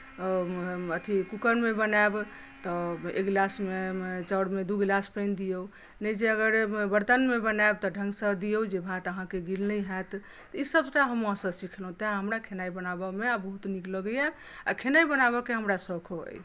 अथी कूकरमे बनायब तऽ एक ग्लासमे चाउरमे दू ग्लास पानि दियौ नहि जे अगर बर्तनमे बनायब तऽ ढङ्गसँ दियौ जे भात अहाँकेँ गील नहि हैत तऽ ई सभटा हम माँसँ सिखलहुँ तैँ हमरा खेनाइ बनाबयमे आब बहुत नीक लगैए आ खेनाइ बनाबयके हमरा शौको अछि